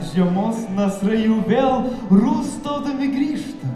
žiemos nasrai jau vėl rūstaudami grįžta